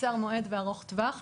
קצר-מועד וארוך-טווח.